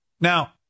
Now